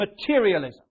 materialism